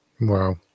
Wow